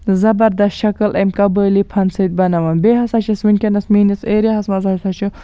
زبردست شَکل امہِ قبٲیلی فنہٕ سۭتۍ بَناوان بیٚیہِ ہسا چھِ وٕنکیٚنَس میٲنِس ایریا ہس منٛز ہسا چھُ